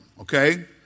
okay